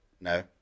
No